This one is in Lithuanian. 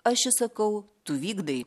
aš įsakau tu vykdai